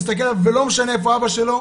הוא מסתכל עליו ולא משנה איפה אבא שלו,